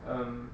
um